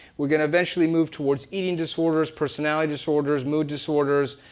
we're gonna eventually move towards eating disorders, personality disorders, mood disorders,